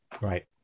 Right